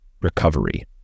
Recovery